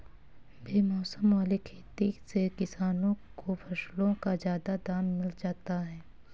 बेमौसम वाली खेती से किसानों को फसलों का ज्यादा दाम मिल जाता है